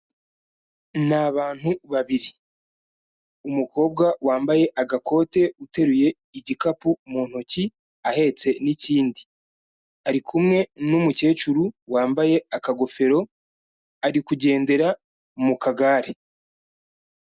Ni abantu babiri, umukobwa wambaye agakote uteruye igikapu mu ntoki ahetse n'ikindi, ari kumwe n'umukecuru wambaye akagofero, ari kugendera mu kagare.